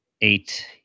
eight